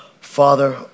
Father